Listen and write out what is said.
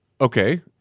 Okay